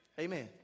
Amen